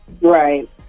Right